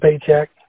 paycheck